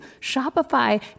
Shopify